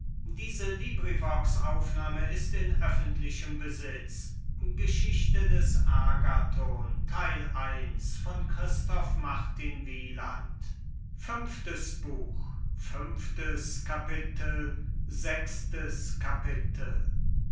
geschichte des agathon von christoph martin wieland